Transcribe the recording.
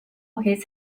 his